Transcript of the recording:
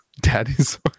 daddy's